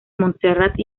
montserrat